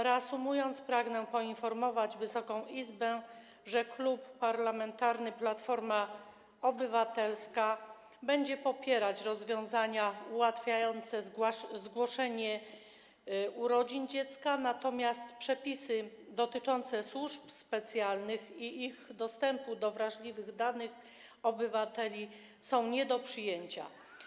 Reasumując, pragnę poinformować Wysoką Izbę, że Klub Parlamentarny Platforma Obywatelska będzie popierać rozwiązania ułatwiające zgłoszenie urodzin dziecka, natomiast przepisy dotyczące służb specjalnych i ich dostępu do wrażliwych danych obywateli są nie do przyjęcia.